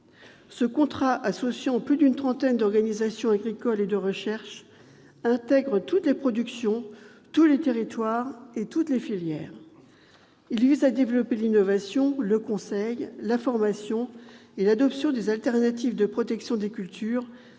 Ce contrat, associant plus d'une trentaine d'organisations agricoles et d'organismes de recherche, intègre toutes les productions, tous les territoires et toutes les filières. Il vise à développer l'innovation, le conseil, la formation et l'adoption des alternatives pour la protection des cultures